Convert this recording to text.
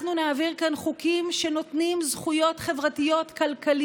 אנחנו נעביר כאן חוקים שנותנים זכויות חברתיות-כלכליות